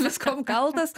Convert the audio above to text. viskuom kaltas